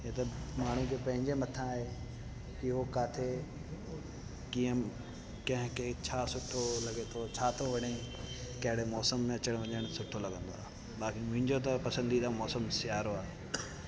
हीअ त माण्हूअ जो पंहिंजे मथां आहे की उहो किथे कीअं कंहिं कंहिं छा सुठो लॻे थो छा थो वणे कहिड़े मौसम में अचणु वञणु सुठो लॻंदो आहे बाक़ी मुंहिंजो त पसंदीदा मौसम सियारो आहे